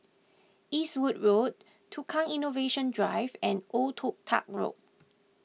Eastwood Road Tukang Innovation Drive and Old Toh Tuck Road